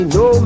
no